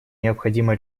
необходимо